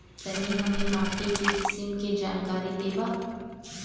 तनि हमें माटी के किसीम के जानकारी देबा?